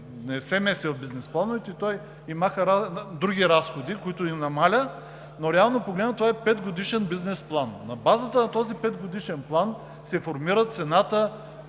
меси в бизнес плановете, маха други разходи, които им намалява, но реално погледнато, това е петгодишен бизнес план. На базата на този петгодишен план се формира цената